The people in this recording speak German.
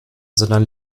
sondern